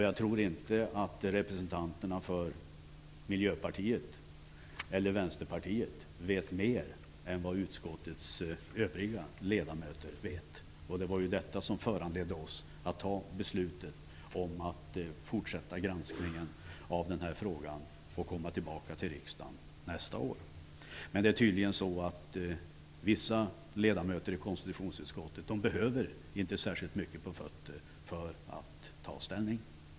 Jag tror inte att representanterna för Miljöpartiet eller Vänsterpartiet vet mer än vad utskottets övriga ledamöter vet. Det var detta som föranledde oss att fatta beslutet om att fortsätta granskningen av den här frågan och komma tillbaka till riksdagen nästa år. Men det är tydligen så att vissa ledamöter i konstitutionsutskottet inte behöver särskilt mycket på fötterna för att ta ställning.